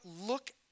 look